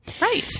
Right